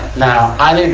now, i didn't,